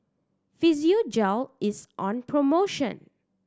Physiogel is on promotion